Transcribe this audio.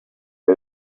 out